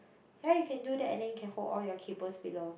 ya you can do that and then you can hold all your cables below